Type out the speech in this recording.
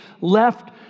left